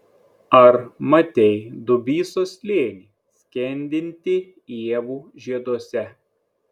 ar matei dubysos slėnį skendintį ievų žieduose